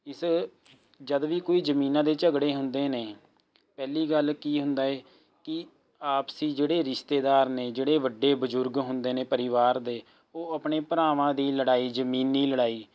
ਇਸ ਜਦ ਵੀ ਕੋਈ ਜ਼ਮੀਨਾਂ ਦੇ ਝਗੜੇ ਹੁੰਦੇ ਨੇ ਪਹਿਲੀ ਗੱਲ ਕੀ ਹੁੰਦਾ ਹੈ ਕਿ ਆਪਸੀ ਜਿਹੜੇ ਰਿਸ਼ਤੇਦਾਰ ਨੇ ਜਿਹੜੇ ਵੱਡੇ ਬਜ਼ੁਰਗ ਹੁੰਦੇ ਨੇ ਪਰਿਵਾਰ ਦੇ ਉਹ ਆਪਣੇ ਭਰਾਵਾਂ ਦੀ ਲੜਾਈ ਜ਼ਮੀਨੀ ਲੜਾਈ